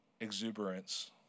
exuberance